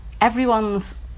Everyone's